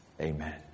Amen